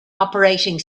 operating